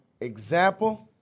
example